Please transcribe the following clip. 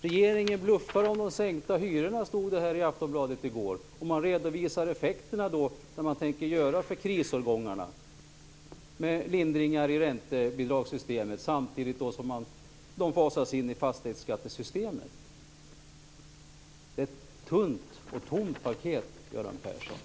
Regeringen bluffar om de sänkta hyrorna, stod det i Aftonbladet i går. Man redovisar effekterna av det som regeringen tänker göra för krisårgångarna, t.ex. lindringar i räntebidragssystemet samtidigt som det hela fasas in i fastighetsskattesystemet. Det är ett tunt och tomt paket, Göran Persson!